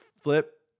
flip